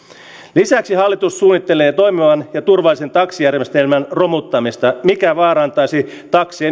lisäksi hallitus suunnittelee toimivan ja turvallisen taksijärjestelmän romuttamista mikä vaarantaisi